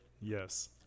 Yes